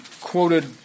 quoted